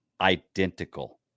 identical